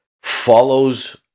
follows